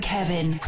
Kevin